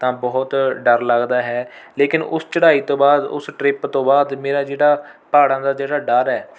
ਤਾਂ ਬਹੁਤ ਡਰ ਲੱਗਦਾ ਹੈ ਲੇਕਿਨ ਉਸ ਚੜ੍ਹਾਈ ਤੋਂ ਬਾਅਦ ਉਸ ਟਰਿੱਪ ਤੋਂ ਬਾਅਦ ਮੇਰਾ ਜਿਹੜਾ ਪਹਾੜਾਂ ਦਾ ਜਿਹੜਾ ਡਰ ਹੈ